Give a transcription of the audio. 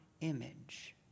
image